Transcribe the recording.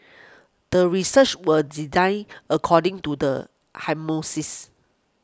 the research was designed according to the hypothesis